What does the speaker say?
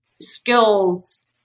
skills